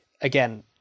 again